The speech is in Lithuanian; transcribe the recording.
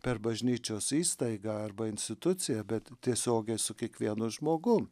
per bažnyčios įstaigą arba instituciją bet tiesiogiai su kiekvienu žmogum